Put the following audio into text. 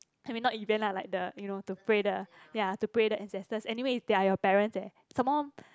I mean not event lah like the you know to pray the ya to pray the ancestors anyway is they are your parents eh some more